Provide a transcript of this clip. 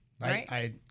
Right